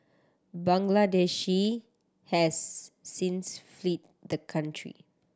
Bangladeshi has since fled the country